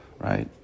right